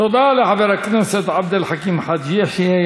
תודה לחבר הכנסת עבד אל חכים חאג' יחיא.